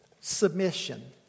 submission